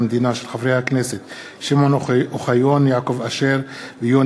(תיקון מס' 70) (הטלת התחייבות להימנע מעבירה לאחר ביטול